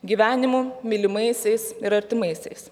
gyvenimu mylimaisiais ir artimaisiais